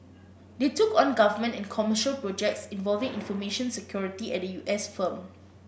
they took on government and commercial projects involving information security at the U S firm